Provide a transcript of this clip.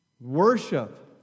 Worship